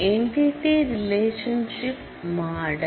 entity relationship model